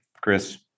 Chris